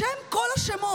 בשם כל השמות,